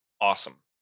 awesome